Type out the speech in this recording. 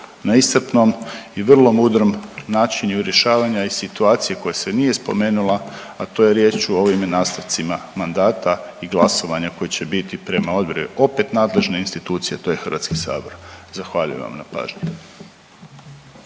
na iscrpnom i vrlo mudrom načinu rješavanja i situacije koja se nije spomenula, a to je riječ u ovime nastavcima mandata i glasovanja koji će biti prema …/Govornik se ne razumije./… opet nadležne institucije, a to je Hrvatski sabor. Zahvaljujem vam na pažnji.